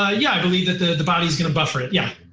ah yeah, i believe that the body's going to buffer it. yeah.